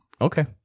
Okay